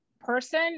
person